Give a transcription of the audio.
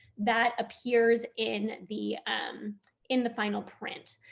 that appears in the um in the final print.